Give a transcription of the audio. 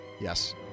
yes